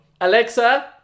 Alexa